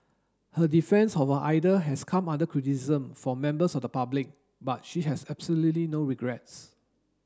her defence of her idol has come under criticism from members of the public but she has absolutely no regrets